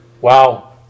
Wow